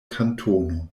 kantono